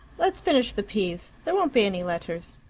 let's finish the peas. there won't be any letters.